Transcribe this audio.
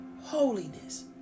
holiness